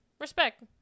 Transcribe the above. Respect